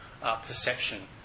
perception